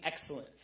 excellence